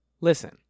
Listen